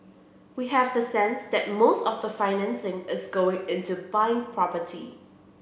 we have the sense that most of the financing is going into buying property